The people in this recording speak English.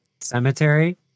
cemetery